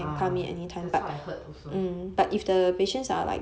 ah that's what I heard also